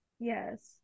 Yes